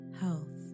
health